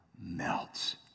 melts